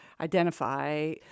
identify